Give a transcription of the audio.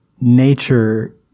nature